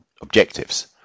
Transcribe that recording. objectives